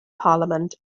parliament